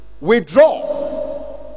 Withdraw